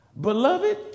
Beloved